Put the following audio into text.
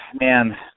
Man